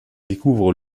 découvre